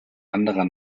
anderer